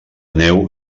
neu